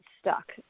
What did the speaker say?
stuck